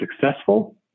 successful